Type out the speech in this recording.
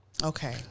Okay